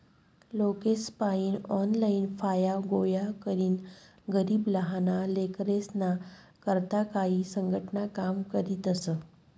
लोकेसपायीन ऑनलाईन फाया गोया करीन गरीब लहाना लेकरेस्ना करता काई संघटना काम करतीस